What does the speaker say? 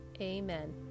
Amen